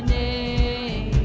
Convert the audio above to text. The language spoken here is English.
a